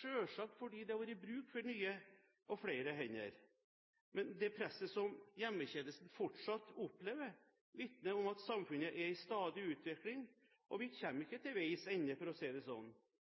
selvsagt fordi det har vært bruk for nye og flere hender. Det presset som hjemmetjenesten fortsatt opplever, vitner om at samfunnet er i stadig utvikling, og vi kommer ikke til veis ende, for å si det sånn.